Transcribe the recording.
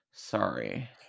Sorry